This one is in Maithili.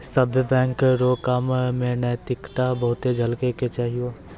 सभ्भे बैंक रो काम मे नैतिकता बहुते झलकै के चाहियो